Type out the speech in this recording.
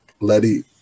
Letty